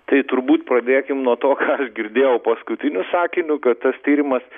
tai turbūt pradėkim nuo to ką aš girdėjau paskutiniu sakiniu kad tas tyrimas